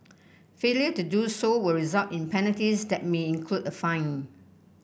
failure to do so will result in penalties that may include a fine